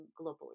globally